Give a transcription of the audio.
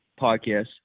podcast